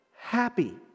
happy